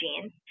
genes